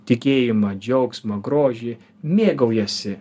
tikėjimą džiaugsmą grožį mėgaujasi